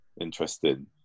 interesting